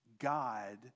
God